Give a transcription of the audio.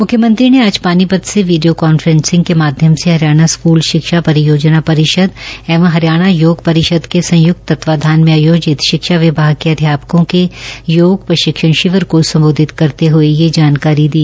मुख्यमंत्री ने आज पानीपत से वीडियो कॉन्फ्रेंसिंग के माध्यम से हरियाणा स्कूल शिक्षा परियोजना परिषद एवं हरियाणा योग परिषद के संयुक्त तत्वावधान में आयोजित शिक्षा विभाग के अध्यापकों के योग प्रशिक्षण शिविर को संबोधित करते हुए यह जानकारी दी